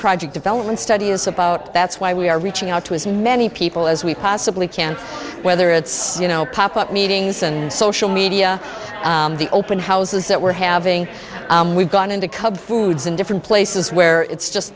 project development study is about that's why we are reaching out to as many people as we possibly can whether it's you know pop up meetings and social media the open houses that we're having we've gone into cub foods in different places where it's just